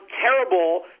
terrible